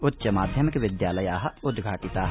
उच्चमाध्यमिक विद्यालया उद्घाटिता